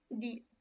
di